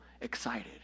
excited